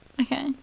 Okay